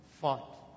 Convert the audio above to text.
fought